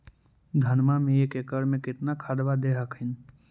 धनमा मे एक एकड़ मे कितना खदबा दे हखिन?